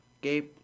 Gabe